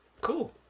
Cool